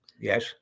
yes